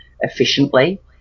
efficiently